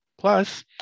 Plus